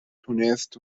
تونست